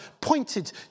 pointed